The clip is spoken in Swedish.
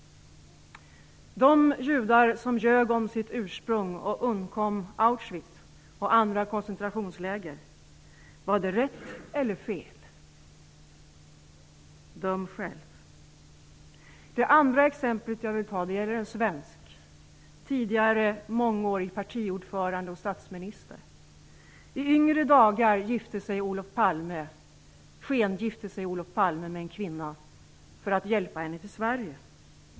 De judar som ljög om sitt ursprung och undkom Auschwitz och andra koncentrationsläger, var det rätt eller fel? Döm själv. Det andra exemplet jag vill ta gäller en svensk, tidigare mångårig partiordförande och statsminister. I yngre dagar skengifte sig Olof Palme med en kvinna för att hjälpa henne till Sverige.